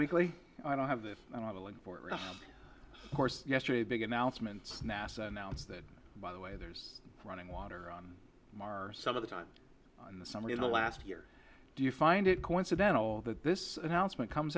weekly i don't have the idling horse yesterday big announcements nasa announced that by the way there's running water on mars some of the time in the summer in the last year do you find it coincidental that this announcement comes